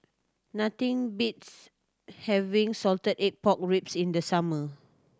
nothing beats having salted egg pork ribs in the summer